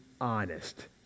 honest